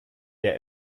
der